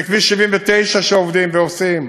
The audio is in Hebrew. וכביש 70, שעובדים ועושים,